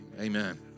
Amen